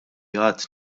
għad